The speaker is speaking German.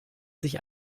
sich